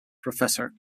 professor